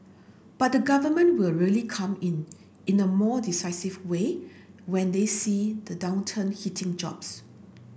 but the Government will really come in in a more decisive way when they see the downturn hitting jobs